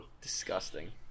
disgusting